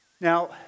Now